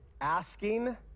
asking